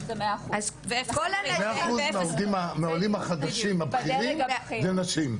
זה 100%. 100% מהעולים החדשים הבכירים זה נשים.